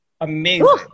amazing